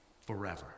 forever